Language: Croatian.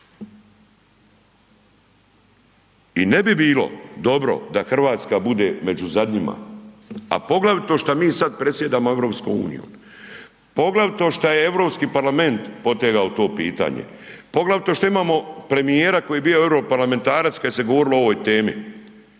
i ne bi bilo dobro da RH bude među zadnjima, a poglavito šta mi sad predsjedamo EU, poglavito šta je Europski parlament potegao to pitanje, poglavito što imamo premijera koji je bio europarlamentarac kad se je govorilo o ovoj temi.